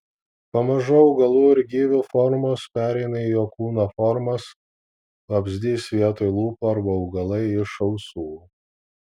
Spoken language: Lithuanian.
pamažu augalų ir gyvių formos pereina į jo kūno formas vabzdys vietoj lūpų arba augalai iš ausų